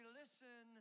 listen